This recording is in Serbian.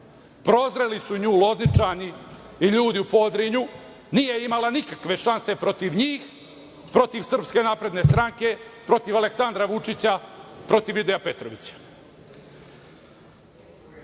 Prozreli su nju Lozničani i ljudi u Podrinju, nije imala nikakve šanse protiv njih, protiv SNS, protiv Aleksandra Vučića, protiv Vidoja Petrovića. Ne